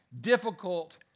difficult